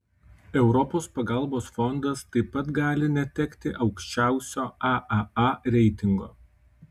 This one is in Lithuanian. europos pagalbos fondas taip pat gali netekti aukščiausio aaa reitingo